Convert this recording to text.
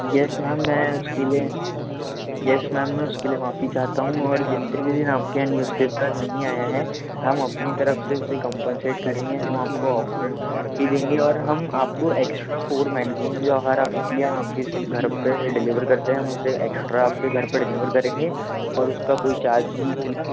yes ma'am मैं उसके लिए यस मैम मैं उसके लिए माफ़ी चाहता हूँ और जितने भी दिन आपके यहाँ न्यूज़ पेपर नही आया है हम अपनी तरफ से उसे कंपनसेट करेंगे हम आपको ऑफ़र्स भी देंगे और हम आपको एक्स्ट्रा फ़ोर मैगज़ीन जो हर अ वीकली हम आपके घर पर डिलीवर करते हैं हम उसे एक्स्ट्रा आपके घर पर डिलीवर करेंगे और उसका कोई चार्ज नहीं होगा